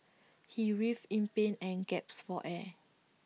he writhed in pain and gasped for air